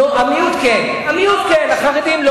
דמוקרטיה זה לא